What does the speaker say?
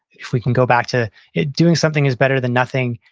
if we can go back to it, doing something is better than nothing,